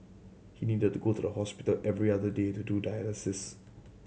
he needed to go to the hospital every other day to do dialysis